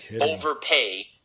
overpay